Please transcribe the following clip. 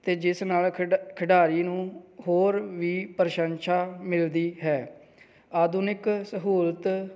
ਅਤੇ ਜਿਸ ਨਾਲ ਖਿਡ ਖਿਡਾਰੀ ਨੂੰ ਹੋਰ ਵੀ ਪ੍ਰਸ਼ੰਸਾ ਮਿਲਦੀ ਹੈ ਆਧੁਨਿਕ ਸਹੂਲਤ